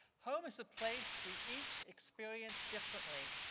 home is a place we each experience differently.